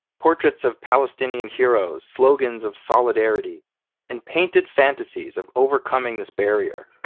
portraits of palestinian heros, slogans of solidarity and painted fantasies of overcoming this barrier.